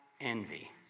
envy